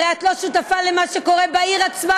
הרי את לא שותפה למה שקורה בעיר עצמה,